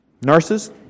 Nurses